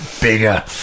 bigger